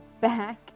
Back